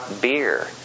beer